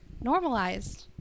normalized